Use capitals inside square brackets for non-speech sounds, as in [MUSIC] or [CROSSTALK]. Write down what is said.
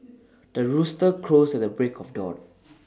the rooster crows at the break of dawn [NOISE]